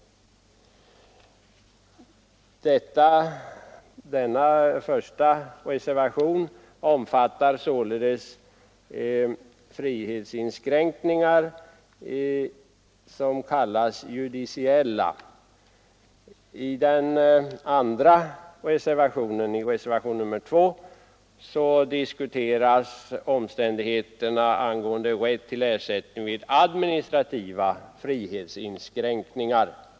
Reservationen 1 avser s.k. judiciella frihetsinskränkningar. I reservationen 2 diskuteras omständigheterna när det gäller rätt till ersättning vid administrativa frihetsinskränkningar.